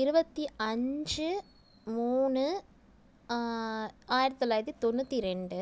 இருபத்தி அஞ்சு மூணு ஆயிரத்தி தொள்ளாயிரத்தி தொண்ணூற்றி ரெண்டு